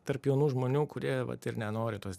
tarp jaunų žmonių kurie vat ir nenori tos